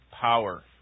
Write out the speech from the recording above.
power